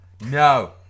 No